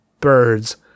birds